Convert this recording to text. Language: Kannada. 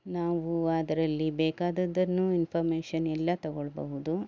ನಾವು ಅದರಲ್ಲಿ ಬೇಕಾದದ್ದನ್ನು ಇನ್ಫರ್ಮೇಷನ್ ಎಲ್ಲ ತಗೊಳ್ಬಹುದು